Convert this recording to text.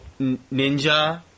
Ninja